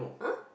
!huh!